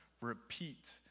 repeat